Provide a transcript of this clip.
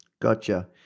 Gotcha